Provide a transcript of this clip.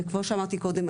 וכמו שאמרתי קודם,